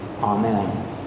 Amen